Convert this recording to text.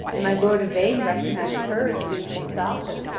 and my lord yvain recognised her as soon as he saw her,